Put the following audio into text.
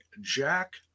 jack